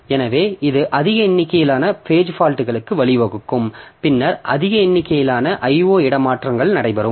எனவே இது அதிக எண்ணிக்கையிலான பேஜ் ஃபால்ட்களுக்கு வழிவகுக்கும் பின்னர் அதிக எண்ணிக்கையிலான IO இடமாற்றங்கள் நடைபெறும்